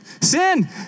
Sin